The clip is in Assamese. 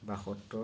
বাসত্তৰ